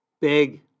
big